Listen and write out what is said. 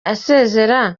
asezera